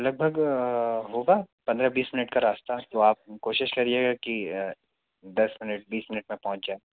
लगभग होगा पंद्रह बीस मिनट का रास्ता तो आप कोशिश करिएगा कि दस मिनट बीस मिनट में पहुँच जाएँ